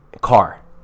car